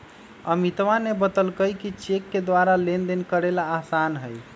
अमितवा ने बतल कई कि चेक के द्वारा लेनदेन करे ला आसान हई